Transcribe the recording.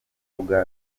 kuvuga